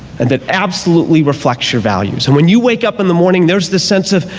and that absolutely reflects your values, and when you wake up in the morning there's this sense of,